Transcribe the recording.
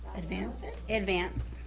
advance it, advance.